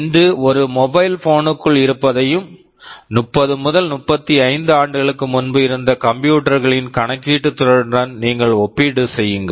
இன்று ஒரு மொபைல் ஃபோனுக்குள் இருப்பதையும் 30 முதல் 35 ஆண்டுகளுக்கு முன்பு இருந்த கம்ப்யூட்டர் computer களின் கணக்கீட்டு திறனுடன் நீங்கள் ஒப்பீடு செய்யுங்கள்